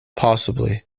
possibly